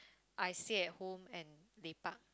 I stay at home and lepak